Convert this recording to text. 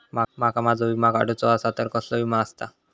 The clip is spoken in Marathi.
माका माझो विमा काडुचो असा तर कसलो विमा आस्ता?